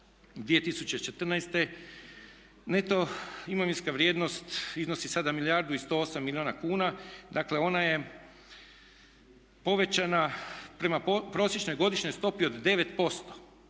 2014.neto imovinska vrijednost iznosi sada 1 milijardu i 108 milijuna kuna, dakle ona je povećana prema prosječnoj godišnjoj stopi od 9%.